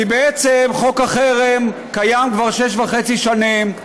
כי בעצם חוק החרם קיים כבר שש וחצי שנים,